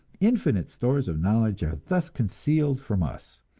infinite stores of knowledge are thus concealed from us